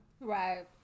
Right